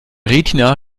retina